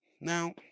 Now